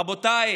רבותיי,